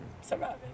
surviving